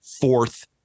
Fourth